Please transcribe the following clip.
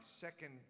second